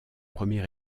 premier